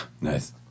Nice